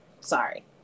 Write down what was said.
Sorry